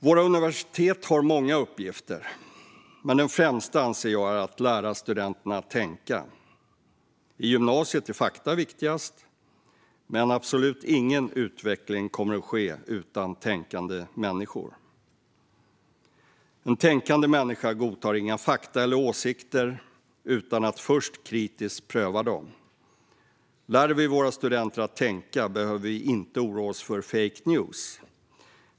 Våra universitet har många uppgifter, men den främsta anser jag är att lära studenterna att tänka. I gymnasiet är fakta viktigast, men absolut ingen utveckling kommer att ske utan tänkande människor. En tänkande människa godtar inga fakta eller åsikter utan att först kritiskt pröva dem. Lär vi våra studenter att tänka behöver vi inte oroa oss för fake news.